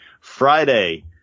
Friday